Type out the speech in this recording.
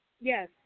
Yes